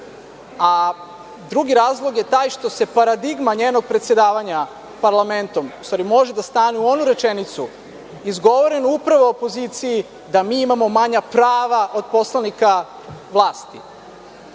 razlog je taj što se paradigma njenog predsedavanja parlamentom, u stvari može da stane u onu rečenicu izgovorenu upravo opoziciji da mi imamo manja prava od poslanika vlasti.